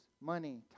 money